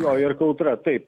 jo ir kautra taip